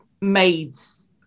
maids